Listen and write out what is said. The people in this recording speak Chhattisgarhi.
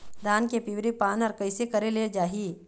धान के पिवरी पान हर कइसे करेले जाही?